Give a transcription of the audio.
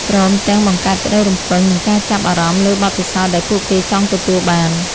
ព្រមទាំងបង្កើតក្តីរំពឹង និងការចាប់អារម្មណ៍លើបទពិសោធន៍ដែលពួកគេចង់ទទួលបាន។